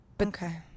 okay